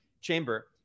chamber